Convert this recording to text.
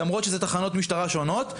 למרות שזה תחנות משטרה שונות,